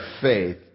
faith